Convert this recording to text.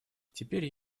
теперь